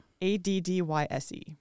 A-D-D-Y-S-E